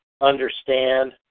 understand